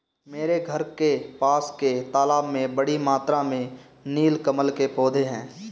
मेरे घर के पास के तालाब में बड़ी मात्रा में नील कमल के पौधें हैं